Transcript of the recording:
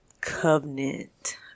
covenant